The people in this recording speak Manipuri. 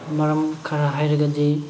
ꯃꯔꯝ ꯈꯔ ꯍꯥꯏꯔꯒꯗꯤ